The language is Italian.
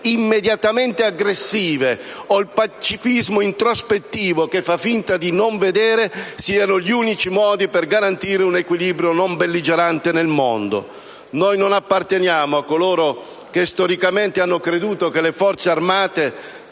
immediatamente aggressive o il pacifismo introspettivo che fa finta di non vedere siano gli unici modi per garantire un equilibrio non belligerante nel mondo. Noi non apparteniamo a coloro che, storicamente, hanno creduto che le Forze armate